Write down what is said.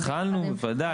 התחלנו, בוודאי.